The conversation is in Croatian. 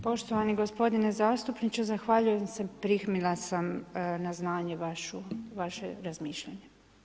Poštovani gospodine zastupniče, zahvaljujem se primila sam na znanje vaše razmišljanje.